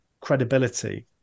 credibility